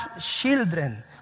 children